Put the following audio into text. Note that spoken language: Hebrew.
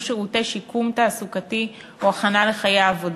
שירותי שיקום תעסוקתי או הכנה לחיי עבודה.